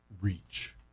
reach